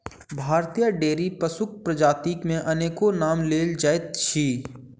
भारतीय डेयरी पशुक प्रजाति मे अनेको नाम लेल जाइत अछि